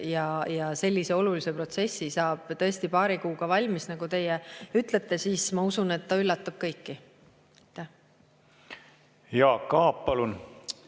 saab sellise olulise protsessi tõesti paari kuuga valmis, nagu teie ütlete, siis ma usun, et ta üllatab kõiki. Veel